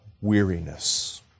weariness